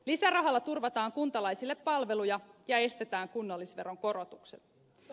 lisärahalla turvataan kuntalaisille palveluja ja estetään kunnallisveron korotukset